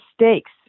mistakes